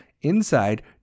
Inside